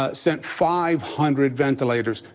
ah sent five hundred ventilators.